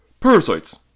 Parasites